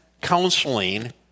counseling